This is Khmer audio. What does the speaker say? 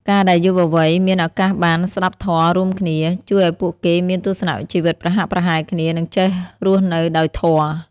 ការដែលយុវវ័យមានឱកាសបាន "ស្ដាប់ធម៌" រួមគ្នា ជួយឱ្យពួកគេមានទស្សនៈជីវិតប្រហាក់ប្រហែលគ្នា និងចេះរស់នៅដោយធម៌។